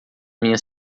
minha